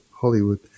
Hollywood